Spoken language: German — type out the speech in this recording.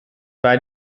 bei